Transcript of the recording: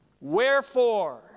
wherefore